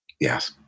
Yes